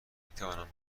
میتوانم